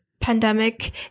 pandemic